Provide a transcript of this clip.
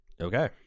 Okay